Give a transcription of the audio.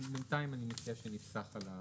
אז בינתיים, אני מציע שנפסח על ה